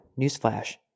Newsflash